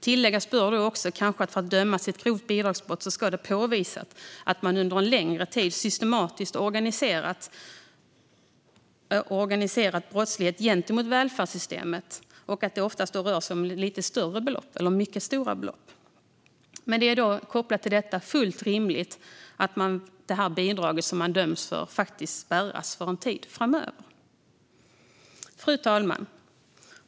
Tilläggas bör också att för att dömas för grovt bidragsbrott ska det påvisas att man under en längre tid systematiskt och organiserat bedrivit brottslighet gentemot välfärdssystemet och där det oftast rör sig om mycket stora belopp. Det är då fullt rimligt att det bidrag som man döms för spärras för en tid framöver. Fru talman!